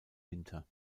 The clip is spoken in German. winter